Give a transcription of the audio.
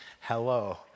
hello